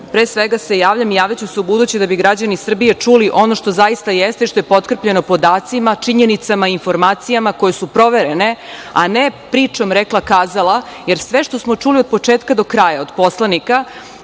pre svega se javljam i javljaću se ubuduće da bi građani Srbije čuli ono što zaista jeste, što je potkrepljeno podacima, činjenicama i informacijama koje su proverene, a ne pričom rekla – kazala, jer sve što smo čuli od početka do kraja od poslanika